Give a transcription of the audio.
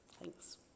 Thanks